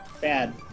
Bad